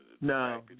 No